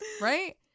Right